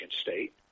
State